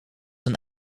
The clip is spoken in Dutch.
een